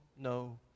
no